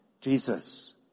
Jesus